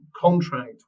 contract